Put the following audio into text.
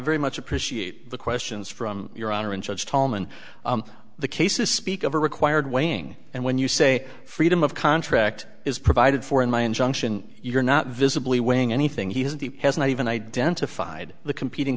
very much appreciate the questions from your honor and judge tolman the cases speak of a required weighing and when you say freedom of contract is provided for in my injunction you are not visibly weighing anything he has the has not even identified the competing